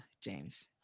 James